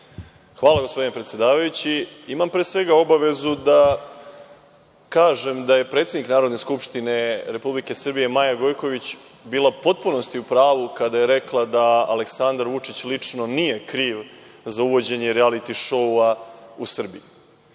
Hvala, gospodine predsedavajući. Imam pre svega obavezu da kažem da je predsednik Narodne skupštine Republike Srbije, Maja Gojković, bila u potpunosti u pravu kada je rekla da Aleksandar Vučić lično nije kriv za uvođenje rijaliti šoua u Srbiji.